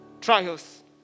trials